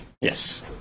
Yes